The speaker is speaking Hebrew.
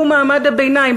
שהוא מעמד הביניים,